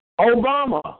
Obama